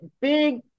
big